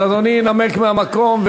אז אדוני ינמק מהמקום,